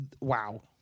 Wow